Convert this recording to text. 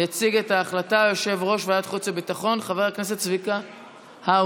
יציג את ההצעה יושב-ראש ועדת החוץ והביטחון חבר הכנסת צביקה האוזר.